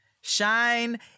Shine